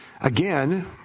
Again